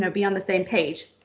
so be on the same page.